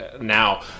now